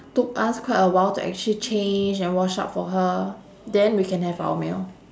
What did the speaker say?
took us quite a while to actually change and wash up for her then we can have our meal